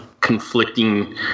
conflicting